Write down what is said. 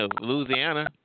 Louisiana